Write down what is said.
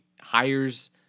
hires